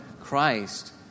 Christ